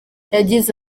yagize